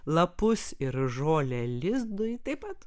lapus ir žolę lizdui taip pat